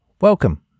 welcome